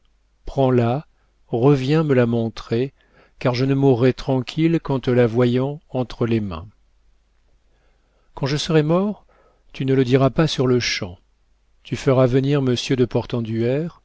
prends-la reviens me la montrer car je ne mourrai tranquille qu'en te la voyant entre les mains quand je serai mort tu ne le diras pas sur-le-champ tu feras venir monsieur de